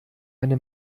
eine